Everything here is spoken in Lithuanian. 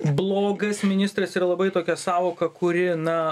blogas ministras yra labai tokia sąvoka kuri na